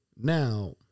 Now